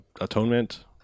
Atonement